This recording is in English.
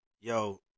yo